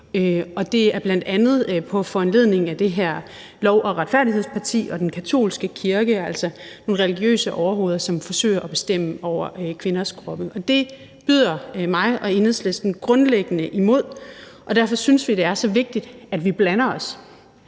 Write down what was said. det er bl.a. på foranledning af det her Lov- og Retfærdighedsparti og den katolske kirke, altså nogle religiøse overhoveder, som forsøger at bestemme over kvinders kroppe. Det byder mig og Enhedslisten grundlæggende imod, og derfor synes vi, det er så vigtigt, at vi blander os.